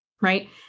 right